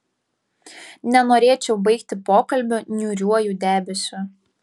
nenorėčiau baigti pokalbio niūriuoju debesiu